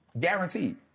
Guaranteed